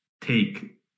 take